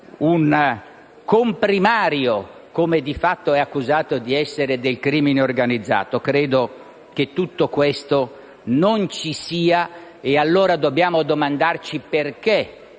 un comprimario, come di fatto è accusato di essere, del crimine organizzato? Credo che tutto questo non ci sia, e allora dobbiamo domandarci perché